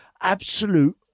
absolute